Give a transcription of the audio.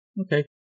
Okay